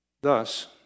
Thus